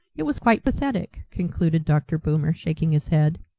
it was quite pathetic, concluded dr. boomer, shaking his head.